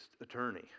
attorney